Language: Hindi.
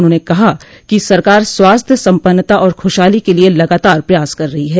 उन्होंने कहा कि सरकार स्वास्थ्य सम्पन्नता और खुशहाली के लिए लगातार प्रयास कर रही है